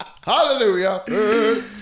Hallelujah